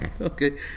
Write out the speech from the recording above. Okay